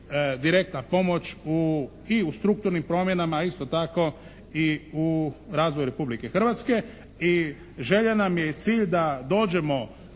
direktna pomoć u i u strukturnim promjenama, a isto tako i u razvoju Republike Hrvatske. I želja nam je i cilj da dođemo